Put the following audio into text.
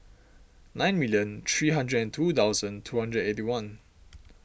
nine million three hundred and two thousand two hundred eight one